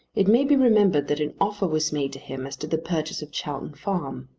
it may be remembered that an offer was made to him as to the purchase of chowton farm.